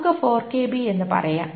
നമുക്ക് 4KB എന്ന് പറയാം